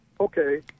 Okay